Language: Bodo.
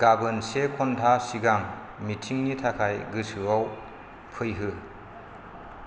गाबोन से घन्टा सिगां मिटिंनि थाखाय गोसोआव फैहो